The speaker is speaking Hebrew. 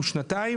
אנחנו שנתיים,